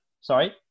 Sorry